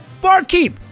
barkeep